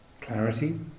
clarity